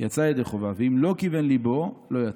יצא ידי חובה, ואם לא כיוון ליבו, לא יצא.